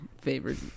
favorite